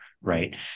right